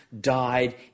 died